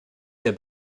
der